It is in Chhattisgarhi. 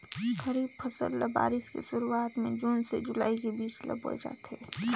खरीफ फसल ल बारिश के शुरुआत में जून से जुलाई के बीच ल बोए जाथे